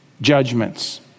judgments